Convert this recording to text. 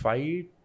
Fight